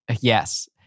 Yes